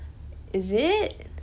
is it